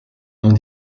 dans